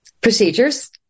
procedures